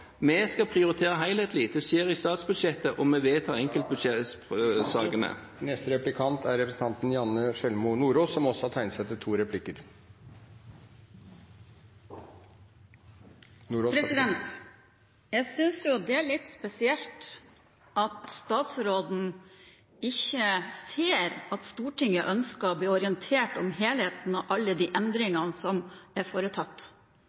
Vi skal prioritere helhetlig. Det skjer i statsbudsjettet, og vi vedtar ... Jeg synes jo det er litt spesielt at statsråden ikke ser at Stortinget ønsker å bli orientert om helheten og alle de endringene som er foretatt.